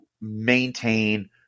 maintain